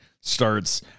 starts